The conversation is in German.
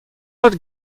hat